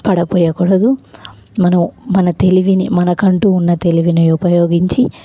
పడపోయ్యకూడదు మనం మన తెలివిని మనకంటూ ఉన్న తెలివిని ఉపయోగించి